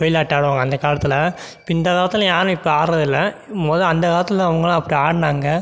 ஒயிலாட்டம் ஆடுவாங்க அந்தக் காலத்தில் இப்போ இந்த காலத்தில் யாரும் இப்போ ஆடுறதில்ல மொதல் அந்தக் காலத்தில் அவங்கள்லாம் அப்படி ஆடினாங்க